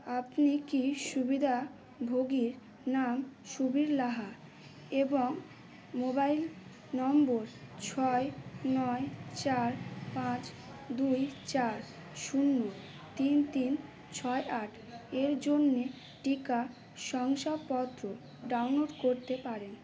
আপনি কি সুবিদাভোগীর নাম সুবীর লাহা এবং মোবাইল নম্বর ছয় নয় চার পাঁচ দুই চার শূন্য তিন তিন ছয় আট এর জন্যে টিকা শংসাপত্র ডাউনলোড করতে পারেন